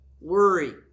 worry